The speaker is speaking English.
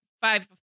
five